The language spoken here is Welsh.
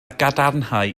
gadarnhau